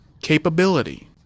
Capability